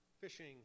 fishing